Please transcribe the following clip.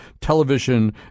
Television